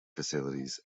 facilities